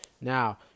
Now